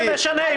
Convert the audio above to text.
מה זה משנה?